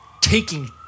taking